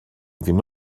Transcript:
ddim